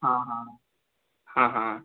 हाँ हाँ हाँ हाँ